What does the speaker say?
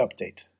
update